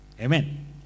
Amen